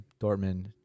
Dortmund